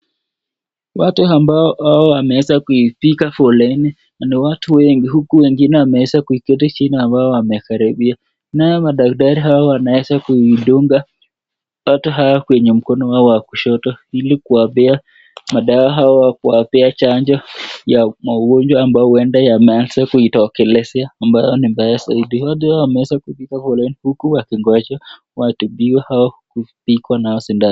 Watu ambao wameeza kupiga foreni ni watu wengi, huku wengine wameeza kuketi chini ambao wamekaribia, nao madaktari hao wanaeza kuidunga watu hao kwenye mkono wao wa kushoto ili kuwapea madawa au kuwapea chanjo ya maugonjwa ambayo imeeza kutokelezea ambayo ni mbaya zaidi, watu hao wameeza kupiga foleni huku wakingoja watibiwe au wapigwe nao sindano.